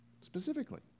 Specifically